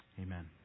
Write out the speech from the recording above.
amen